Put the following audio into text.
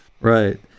Right